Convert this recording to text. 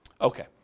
Okay